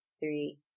three